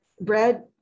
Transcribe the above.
Brad